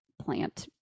plant